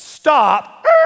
Stop